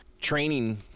training